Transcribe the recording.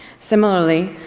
similarly,